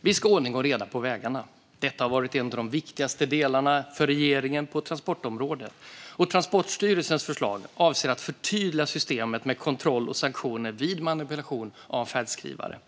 Vi ska ha ordning och reda på vägarna. Detta har varit en av de viktigaste delarna för regeringen på transportområdet. Transportstyrelsens förslag avser att förtydliga systemet med kontroll och sanktioner vid manipulation av färdskrivare.